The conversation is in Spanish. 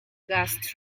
gas